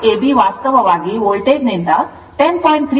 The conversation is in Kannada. Iab ವಾಸ್ತವವಾಗಿ ವೋಲ್ಟೇಜ್ ನಿಂದ 10